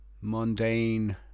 mundane